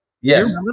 Yes